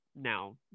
Now